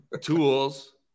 tools